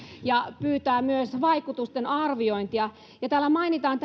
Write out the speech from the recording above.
ja pyytää myös vaikutusten arviointia täällä mainitaan